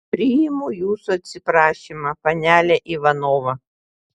priimu jūsų atsiprašymą panele ivanova